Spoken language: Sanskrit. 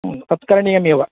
तत् करणीयमेव